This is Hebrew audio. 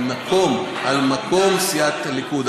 על מקום סיעת הליכוד.